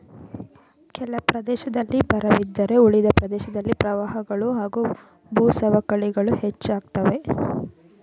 ಕೆಲ ಪ್ರದೇಶದಲ್ಲಿ ಬರವಿದ್ದರೆ ಉಳಿದ ಪ್ರದೇಶದಲ್ಲಿ ಪ್ರವಾಹಗಳು ಹಾಗೂ ಭೂಸವಕಳಿಗಳು ಹೆಚ್ಚಾಗ್ತವೆ